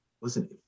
listen